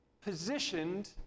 positioned